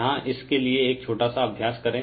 यहाँ इस के लिए एक छोटा सा अभ्यास करें